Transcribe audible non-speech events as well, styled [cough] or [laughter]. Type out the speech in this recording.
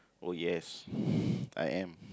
oh yes [breath] I am